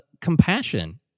compassion